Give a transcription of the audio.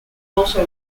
also